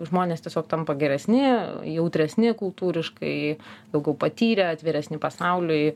žmonės tiesiog tampa geresni jautresni kultūriškai daugiau patyrę atviresni pasauliui